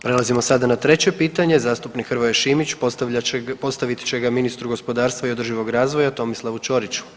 Prelazimo sada na treće pitanje, zastupnik Hrvoje Šimić postavit će ga ministru gospodarstva i održivog razvoja Tomislavu Ćoriću.